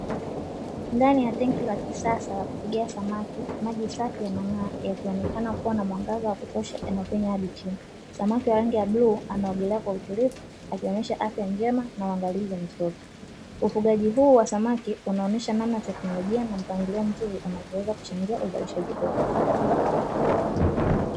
Ndani ya tenki la kisasa la kufungia samaki, maji safi yanang'aa yakionekana kuwa na mwangaza wa kutosha yanayopenya hadi chini, samaki wa rangi ya bluu anaogelea kwa utulivu akionyesha afya njema na uangalizi vizuri, ufugaji huu wa samaki unaonyesha namna teknolojia na mpangilio mzuri unavyoweza kuchangia uzalishaji bora.